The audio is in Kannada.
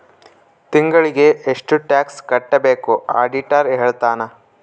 ತಿಂಗಳಿಗೆ ಎಷ್ಟ್ ಟ್ಯಾಕ್ಸ್ ಕಟ್ಬೇಕು ಆಡಿಟರ್ ಹೇಳ್ತನ